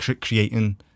creating